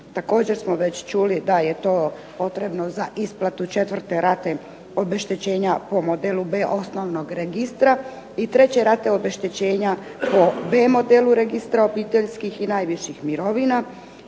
Također smo već čuli da je to potrebno za isplatu četvrte rate obeštećenja po modelu B Osnovnog registra i treće rate obeštećenja po B modelu Registra obiteljskih i najviših mirovina.